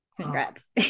congrats